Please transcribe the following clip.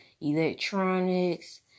Electronics